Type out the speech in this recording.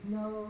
no